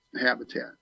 habitat